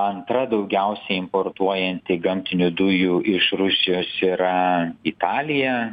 antra daugiausiai importuojanti gamtinių dujų iš rusijos yra italija